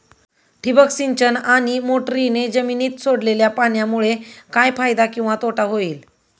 ठिबक सिंचन आणि मोटरीने जमिनीत सोडलेल्या पाण्यामुळे काय फायदा किंवा तोटा होईल?